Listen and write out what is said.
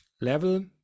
level